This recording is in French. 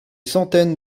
centaines